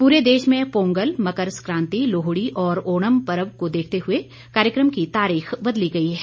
पूरे देश में पोंगल मकर संक्रांति लोहड़ी और ओणम पर्व को देखते हुए कार्यक्रम की तारीख बदली गयी है